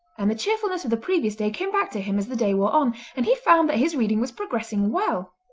and the cheerfulness of the previous day came back to him as the day wore on, and he found that his reading was progressing well.